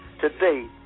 Today